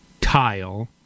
tile